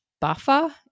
buffer